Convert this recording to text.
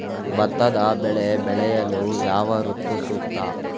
ಭತ್ತದ ಬೆಳೆ ಬೆಳೆಯಲು ಯಾವ ಋತು ಸೂಕ್ತ?